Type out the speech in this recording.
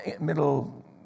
middle